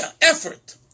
effort